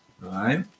right